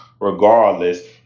regardless